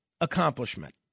accomplishment